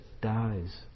dies